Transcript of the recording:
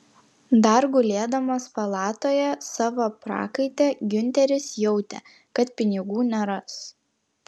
dar gulėdamas palatoje savo prakaite giunteris jautė kad pinigų neras